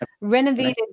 renovated